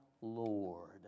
Lord